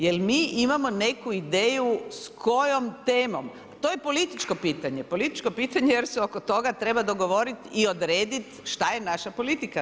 Jel' mi imamo neku ideju s kojom temom, to je političko pitanje, političko pitanje jer se oko toga treba dogovoriti i odrediti šta je naša politika.